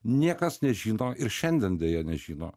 niekas nežino ir šiandien deja nežino